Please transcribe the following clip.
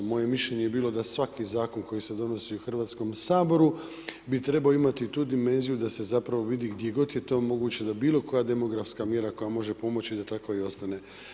Moje mišljenje je bilo da svaki zakon koji se donosi u Hrvatskom saboru bi trebao imati tu dimenziju da se zapravo vidi gdje god je to moguće da bilo koja demografska mjera koja može pomoći da takva i ostane.